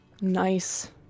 nice